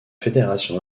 fédération